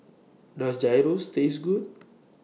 Does Gyros Taste Good